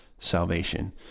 Salvation